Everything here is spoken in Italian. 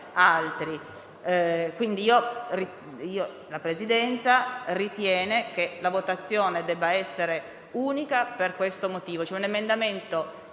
La Presidenza ritiene che la votazione debba essere unica per questo motivo.